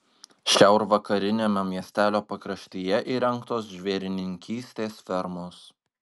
šiaurvakariniame miestelio pakraštyje įrengtos žvėrininkystės fermos